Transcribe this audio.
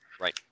Right